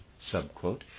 subquote